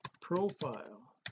profile